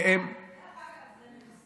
דרך אגב,